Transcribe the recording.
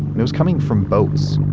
it was coming from boats.